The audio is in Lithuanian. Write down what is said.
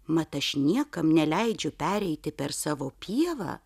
mat aš niekam neleidžiu pereiti per savo pievą